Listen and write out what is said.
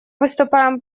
выступаем